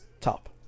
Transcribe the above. top